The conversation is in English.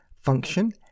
function